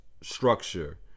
structure